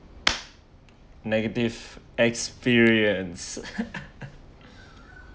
negative experience